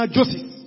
Joseph